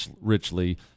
Richly